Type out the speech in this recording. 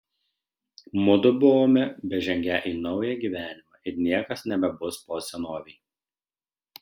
mudu buvome bežengią į naują gyvenimą ir niekas nebebus po senovei